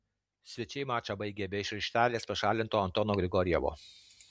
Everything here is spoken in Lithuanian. svečiai mačą baigė be iš aikštės pašalinto antono grigorjevo